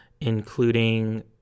including